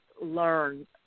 learn